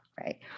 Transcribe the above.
right